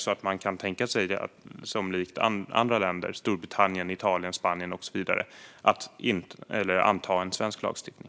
Kan man tänka sig att Sverige likt andra länder, till exempel Storbritannien, Italien och Spanien, antar en nationell lagstiftning?